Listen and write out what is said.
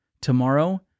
Tomorrow